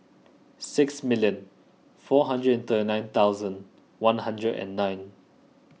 six million four hundred and third nine thousand one hundred and nine